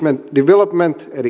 development eli